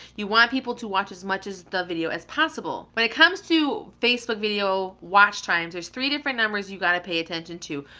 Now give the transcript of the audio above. you want people to watch as much of the video as possible. when it comes to facebook video watch times, there's three different numbers you gotta pay attention to.